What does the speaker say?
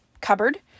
cupboard